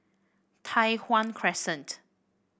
Tai Hwan Crescent